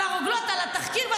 על התחקיר,